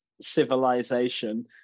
civilization